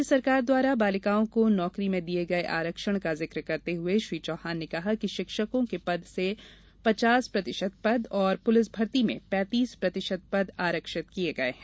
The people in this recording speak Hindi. राज्य सरकार द्वारा बालिकाओं को नौकरी में दिये गये आरक्षण का जिक करते हुए श्री चौहान ने कहा कि शिक्षकों के पद में पचास प्रतिशत पद और पुलिस भर्ती में पैंतीस प्रतिशत पद आरक्षित किये गये हैं